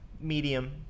medium